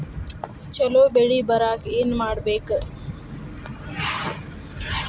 ಛಲೋ ಬೆಳಿ ಬರಾಕ ಏನ್ ಮಾಡ್ಬೇಕ್?